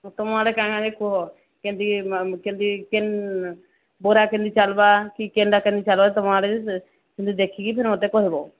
ତୁମଆଡେ କାହାଣୀ କୁହ କେମିତି ବରା କେମତି ଚାଲିବ କି କେମିତି ଚାଲିବ ତୁମଆଡେ ଦେଖିକି ମୋତେ କହିବ